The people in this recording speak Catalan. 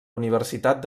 universitat